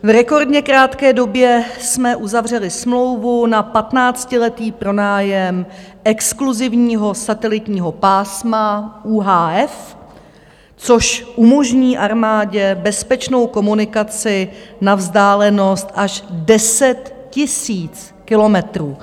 V rekordně krátké době jsme uzavřeli smlouvu na patnáctiletý pronájem exkluzivního satelitního pásma UHF, což umožní armádě bezpečnou komunikaci na vzdálenost až 10 000 kilometrů.